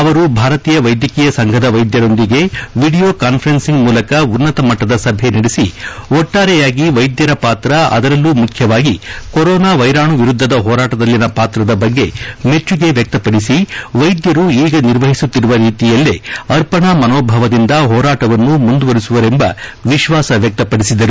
ಅವರು ಭಾರತೀಯ ವೈದ್ಯಕೀಯ ಸಂಘದ ವೈದ್ಯರೊಂದಿಗೆ ವಿಡಿಯೋ ಕಾನ್ಫರೆನ್ಸ್ಂಗ್ ಮೂಲಕ ಉನ್ನತ ಮಟ್ಟದ ಸಭೆ ನಡೆಸಿ ಒಟ್ಟಾರೆಯಾಗಿ ವೈದ್ಯರ ಪಾತ್ರ ಅದರಲ್ಲೂ ಮುಖ್ಯವಾಗಿ ಕೊರೋನಾ ವೈರಾಣು ವಿರುದ್ಧದ ಹೋರಾಟದಲ್ಲಿನ ಪಾತ್ರದ ಬಗ್ಗೆ ಮೆಚ್ಚುಗೆ ವ್ಯಕ್ತಪಡಿಸಿ ವೈದ್ಯರು ಈಗ ನಿರ್ವಹಿಸುತ್ತಿರುವ ರೀತಿಯಲ್ಲೇ ಅರ್ಪಣಾ ಮನೋಭಾವದಿಂದ ಹೋರಾಟವನ್ನು ಮುಂದುವರೆಸುವರೆಂಬ ವಿಶ್ವಾಸ ವ್ಯಕ್ತಪಡಿಸಿದರು